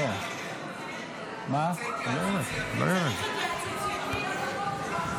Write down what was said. רוצה התייעצות סיעתית?